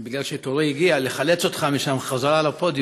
מכיוון שתורי הגיע, לחלץ אותך משם בחזרה לפודיום.